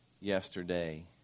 yesterday